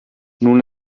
nun